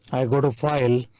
i go to file,